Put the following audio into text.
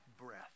breath